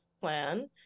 plan